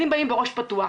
אם באים בראש פתוח,